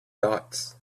dots